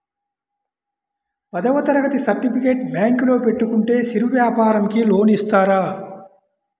పదవ తరగతి సర్టిఫికేట్ బ్యాంకులో పెట్టుకుంటే చిరు వ్యాపారంకి లోన్ ఇస్తారా?